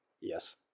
Yes